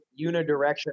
unidirectional